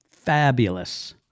fabulous